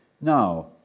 Now